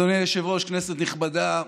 אדוני היושב-ראש, כנסת נכבדה,